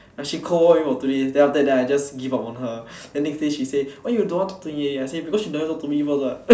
she cold war with me for two days then after that I just give up on her then next day she say why you don't want talk to me already I say because she never talk to me first what